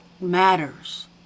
matters